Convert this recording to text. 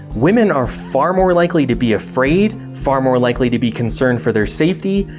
women are far more likely to be afraid, far more likely to be concerned for their safety,